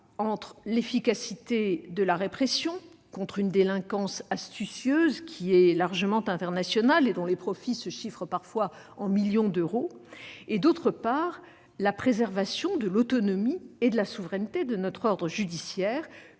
part, l'efficacité de la répression contre une délinquance astucieuse qui est largement internationale et dont les profits se chiffrent parfois en millions d'euros, et, d'autre part, la préservation de l'autonomie et de la souveraineté de notre ordre judiciaire,